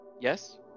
Yes